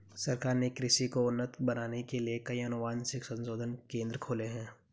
सरकार ने कृषि को उन्नत बनाने के लिए कई अनुवांशिक संशोधन केंद्र खोले हैं